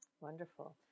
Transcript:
Wonderful